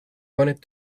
wanted